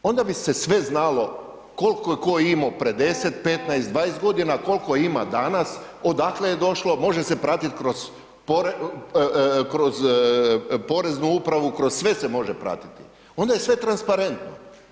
Onda bi se sve znalo, koliko je tko imamo prije 10, 15, 20 godina, koliko ima danas, odakle je došlo, može se pratiti kroz Poreznu upravu, kroz sve se može pratiti, onda je sve transparentno.